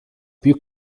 più